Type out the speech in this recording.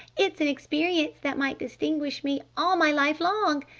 it's an experience that might distinguish me all my life long!